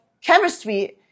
chemistry